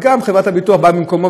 וגם חברת הביטוח באה במקומו,